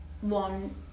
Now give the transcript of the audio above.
one